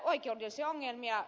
oikeudellisia ongelmia